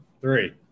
three